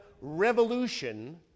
revolution